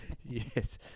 Yes